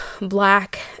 Black